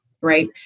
right